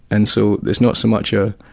and so there's not so much a